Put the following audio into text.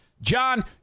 John